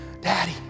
Daddy